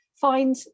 find